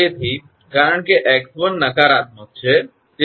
તેથી કારણ કે 𝑥1 નકારાત્મક છે બરાબર